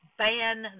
ban